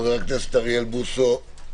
חבר הכנסת אוריאל בוסו,